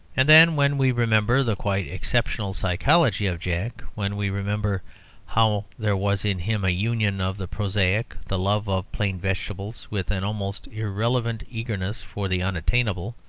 and then, when we remember the quite exceptional psychology of jack, when we remember how there was in him a union of the prosaic, the love of plain vegetables, with an almost irrelevant eagerness for the unattainable,